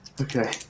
Okay